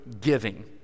giving